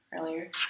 earlier